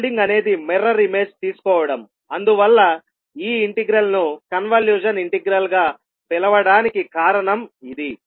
folding అనేది mirror image తీసుకోవడం అందువల్ల ఈ ఇంటిగ్రల్ ను కన్వల్యూషన్ ఇంటిగ్రల్ గా పిలవడానికి కారణం ఇది